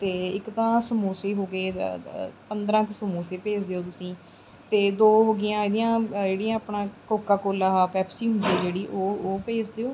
ਅਤੇ ਇੱਕ ਤਾਂ ਸਮੋਸੇ ਹੋ ਗਏ ਪੰਦਰਾਂ ਕੁ ਸਮੋਸੇ ਭੇਜ ਦਿਓ ਤੁਸੀਂ ਅਤੇ ਦੋ ਹੋ ਗਈਆਂ ਇਹਦੀਆਂ ਜਿਹੜੀਆਂ ਆਪਣਾ ਕੋਕਾ ਕੋਲਾ ਆਹ ਪੈਪਸੀ ਹੁੰਦੀ ਜਿਹੜੀ ਉਹ ਉਹ ਭੇਜ ਦਿਓ